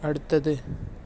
അടുത്തത്